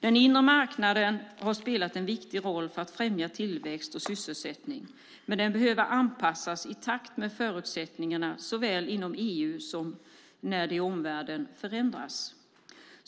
Den inre marknaden har spelat en viktig roll för att främja tillväxt och sysselsättning, men den behöver anpassas i takt såväl med förutsättningarna inom EU som med förändringar som sker i omvärlden.